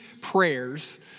prayers